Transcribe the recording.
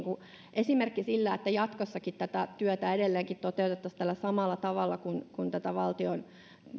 esimerkki että jatkossakin tätä työtä edelleenkin toteutettaisiin tällä samalla tavalla kun valtion